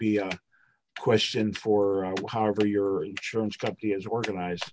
be a question for however your insurance company is organized